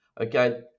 okay